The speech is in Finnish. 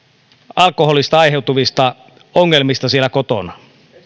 alkoholista aiheutuvia ongelmia siellä kotona